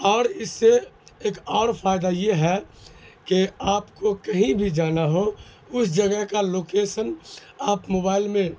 اور اس سے ایک اور فائدہ یہ ہے کہ آپ کو کہیں بھی جانا ہو اس جگہ کا لوکیشن آپ موبائل میں